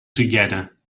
together